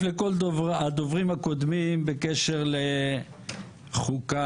לכל הדוברים הקודמים בקשר לחוקה,